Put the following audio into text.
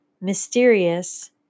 mysterious